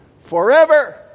forever